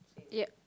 yeah